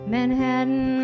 Manhattan